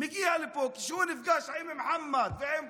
הוא מגיע לפה כשהוא נפגש עם מוחמד ועם פאטמה,